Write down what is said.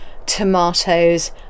tomatoes